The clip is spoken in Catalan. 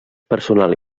personal